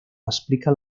explica